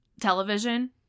television